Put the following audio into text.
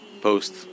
post